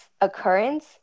occurrence